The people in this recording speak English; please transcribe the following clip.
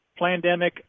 plandemic